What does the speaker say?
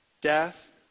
Death